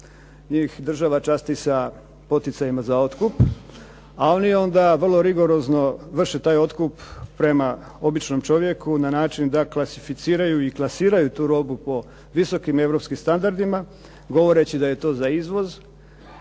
Njih država časti sa poticajima za otkup a oni onda vrlo rigorozno vrše taj otkup prema običnom čovjeku na način da klasificiraju i klasiraju tu robu po visokim europskim standardima govoreći da je to za izvoz.